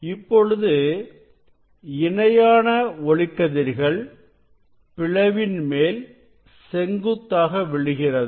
இப்பொழுது இணையான ஒளிக்கதிர்கள் பிளவின் மேல் செங்குத்தாக விழுகிறது